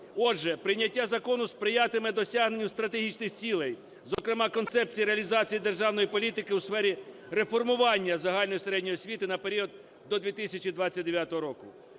Отже, прийняття закону сприятиме досягненню стратегічних цілей, зокрема концепції реалізації державної політики у сфері реформування загальної середньої освіти на період до 2029 року.